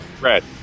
Red